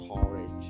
courage